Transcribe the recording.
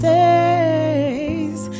days